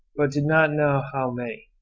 but did not know how many,